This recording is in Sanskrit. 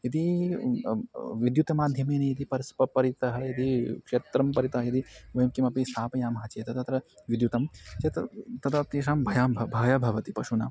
यदि विद्युत्माध्यमेन यदि परस्परितः यदि क्षेत्रं परितः यदि किं किमपि स्थापयामः चेत् तत्र विद्युतं चेत् तदा तेषां भयं ब भयं भवति पशूनाम्